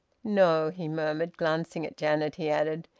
no, he murmured. glancing at janet, he added,